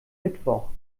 mittwoch